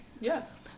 Yes